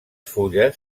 fulles